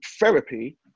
therapy